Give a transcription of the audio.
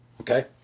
Okay